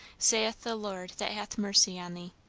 saith the lord that hath mercy on thee.